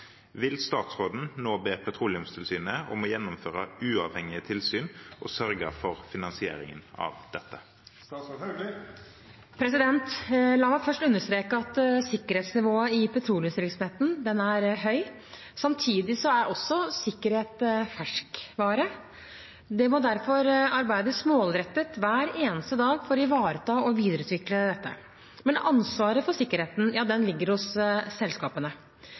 Vil statsråden nå be Petroleumstilsynet om å gjennomføre uavhengige tilsyn og sørge for finansieringen av dette?» La meg først understreke at sikkerhetsnivået i petroleumsvirksomheten er høyt. Samtidig er sikkerhet ferskvare. Det må derfor arbeides målrettet hver eneste dag for å ivareta og videreutvikle dette. Men ansvaret for sikkerheten ligger hos selskapene.